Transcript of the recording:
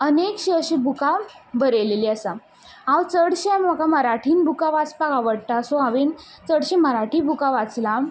अनेकशी अशीं बुकां बरयलेलीं आसा हांव चडशें म्हाका मराठीन बुकां वाचपाक आवडटा सो हांवेंन चडशें मराठी बुकां वाचल्या